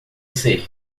ser